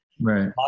Right